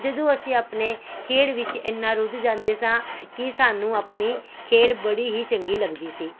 ਜਦੋਂ ਅਸੀਂ ਆਪਣੇ ਖੇਡ ਵਿੱਚ ਇੰਨਾ ਰੁੱਝ ਜਾਂਦੇ ਸਾਂ ਕਿ ਸਾਨੂੰ ਆਪਣੀ ਖੇਡ ਬੜੀ ਹੀ ਚੰਗੀ ਲੱਗਦੀ ਸੀ